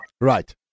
Right